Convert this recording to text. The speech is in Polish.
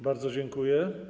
Bardzo dziękuję.